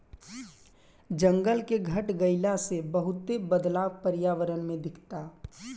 जंगल के घट गइला से बहुते बदलाव पर्यावरण में दिखता